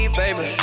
baby